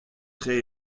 tre